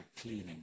cleaning